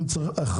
אם צריך,